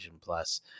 Plus